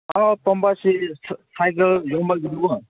ꯑꯥ ꯇꯣꯝꯕꯁꯤ ꯁꯥꯏꯀꯜ ꯌꯣꯟꯕꯒꯤꯗꯨ ꯀꯣ